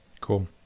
cool